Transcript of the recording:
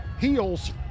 heels